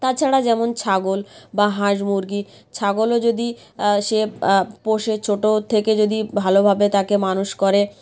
তাছাড়া যেমন ছাগল বা হাঁস মুরগি ছাগলও যদি সে পোষে ছোট থেকে যদি ভালোভাবে তাকে মানুষ করে